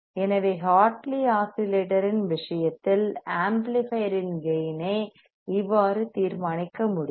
எனவே ஹார்ட்லி ஆஸிலேட்டரின் விஷயத்தில் ஆம்ப்ளிபையர் இன் கேயின் ஐ இவ்வாறு தீர்மானிக்க முடியும்